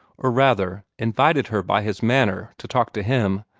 or rather invited her by his manner to talk to him,